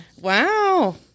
Wow